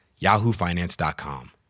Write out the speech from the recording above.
yahoofinance.com